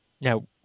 now